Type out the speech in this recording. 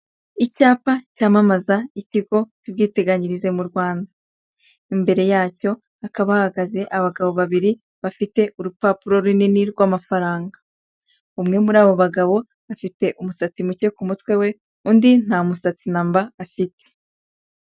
Icyapa cyamamaza ikigo cy'ubwiteganyirize mu Rwanda. Imbere yacyo hakaba ahahagaze abagabo babiri bafite urupapuro runini rw'amafaranga. Umwe muri abo bagabo afite umusatsi muke ku mutwe we, undi nta musatsi na mba afite.